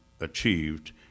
achieved